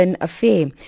affair